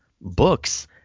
books